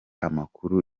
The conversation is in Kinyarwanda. amakuru